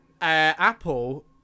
Apple